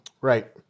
Right